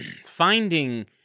finding